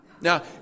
Now